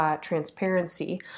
Transparency